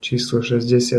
šesťdesiat